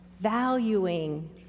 valuing